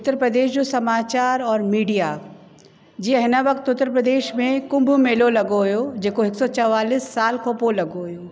उत्तर प्रदेश जो सामाचार और मिडिया जीअं हिन वक़्तु उत्तर प्रदेश में कुंभ मेलो लॻो हुओ जेको हिकु सौ चवालीस खां पोइ लॻो हुओ